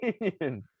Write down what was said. opinion